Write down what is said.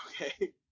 Okay